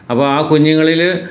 അപ്പോൾ ആ കുഞ്ഞുങ്ങളിൽ